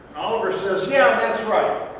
oliver says yeah, that's right.